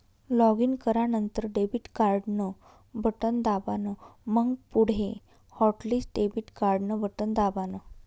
login करानंतर debit card न button दाबान, मंग पुढे हॉटलिस्ट डेबिट कार्डन बटन दाबान